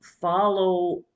follow